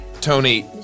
Tony